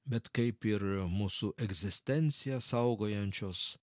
bet kaip ir mūsų egzistenciją saugojančios